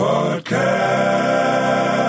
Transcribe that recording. Podcast